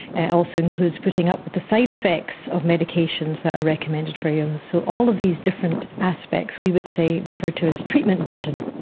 and also includes putting up with the side-effects of medications that are recommended for your illness. so all of these different aspects we would refer to as treatment burden,